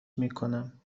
میکنم